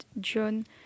John